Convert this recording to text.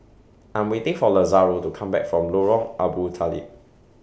I'm waiting For Lazaro to Come Back from Lorong Abu Talib